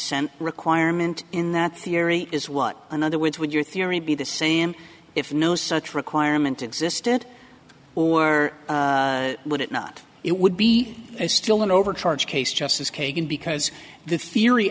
cent requirement in that theory is what in other words would your theory be the same if no such requirement existed or would it not it would be a still an overcharge case justice kagan because the theory